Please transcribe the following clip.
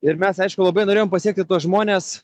ir mes aišku labai norėjom pasiekti tuos žmones